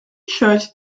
church